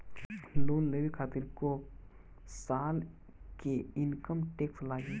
Loan लेवे खातिर कै साल के इनकम टैक्स लागी?